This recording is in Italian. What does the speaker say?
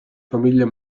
famiglia